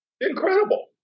incredible